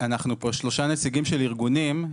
אנחנו פה שלושה נציגים של ארגונים,